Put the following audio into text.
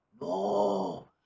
No